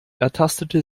ertastete